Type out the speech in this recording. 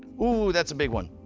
ooh, that's a big one.